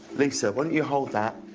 lisa, why don't you hold that.